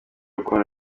ukuntu